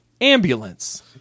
Ambulance